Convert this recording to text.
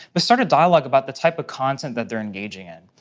but start a dialogue about the type of content that they're engaging in.